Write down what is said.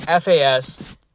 FAS